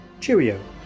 cheerio